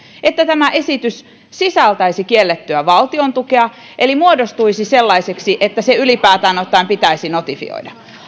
että tämä esitys sisältäisi kiellettyä valtiontukea eli muodostuisi sellaiseksi että se ylipäätään ottaen pitäisi notifioida